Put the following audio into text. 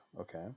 Okay